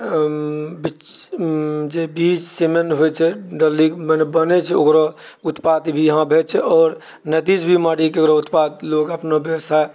जेभी सिमेन होइ छै डालि मौनी बनै छै ओकरा उत्पाद भी यहाँपे छै आओर नदीसँ भी मारिके ओकर उत्पाद लोग अपनो व्यवसाय